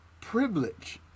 privilege